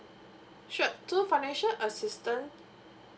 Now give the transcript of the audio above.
sure so financial assistance